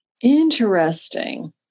Interesting